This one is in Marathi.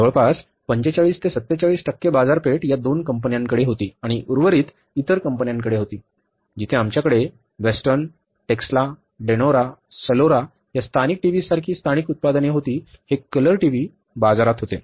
जवळपास 45 ते 47 टक्के बाजारपेठ या दोन कंपन्यांकडे होती आणि उर्वरित इतर कंपन्यांकडे होती जिथे आमच्याकडे वेस्टर्न टेक्स्ला डेनोरा सलोरा या स्थानिक टीव्ही सारखी स्थानिक उत्पादने होती हे कलर टीव्ही बाजारात होते